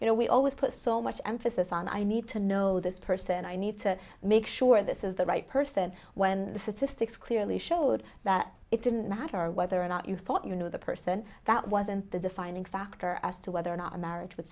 you know we always put so much emphasis on i need to know this person and i need to make sure this is the right person when this is to sticks clearly showed that it didn't matter whether or not you thought you knew the person that wasn't the defining factor as to whether or not a marriage w